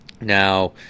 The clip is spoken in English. Now